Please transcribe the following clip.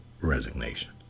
resignation